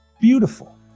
beautiful